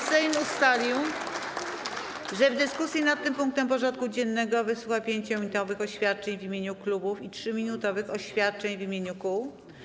Sejm ustalił, że w dyskusji nad tym punktem porządku dziennego wysłucha 5-minutowych oświadczeń w imieniu klubów i 3-minutowych oświadczeń w imieniu kół.